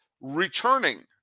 returning